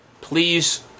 Please